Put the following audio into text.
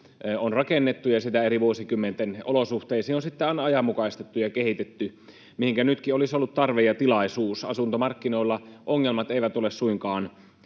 on rakennettu ja eri vuosikymmenten olosuhteisiin sitten sitä aina ajanmukaistettu ja kehitetty, mihinkä nytkin olisi ollut tarve ja tilaisuus — asuntomarkkinoilla ongelmat eivät ole suinkaan